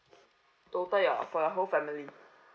total ya for the whole family